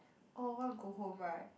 oh I want go home right